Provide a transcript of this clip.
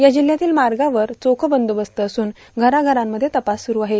या जिल्ह्यातील मार्गावर चोख बंदोबस्त असून घराघरांमध्ये तपास सुरू आहे